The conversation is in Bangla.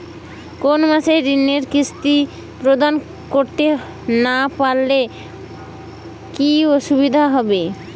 কোনো মাসে ঋণের কিস্তি প্রদান করতে না পারলে কি অসুবিধা হবে?